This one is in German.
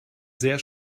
sehr